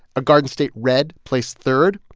a garden state red placed third.